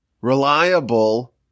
reliable